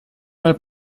mal